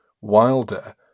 Wilder